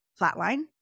flatline